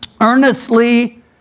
Earnestly